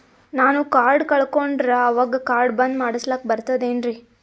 ನಾನು ಕಾರ್ಡ್ ಕಳಕೊಂಡರ ಅವಾಗ ಕಾರ್ಡ್ ಬಂದ್ ಮಾಡಸ್ಲಾಕ ಬರ್ತದೇನ್ರಿ?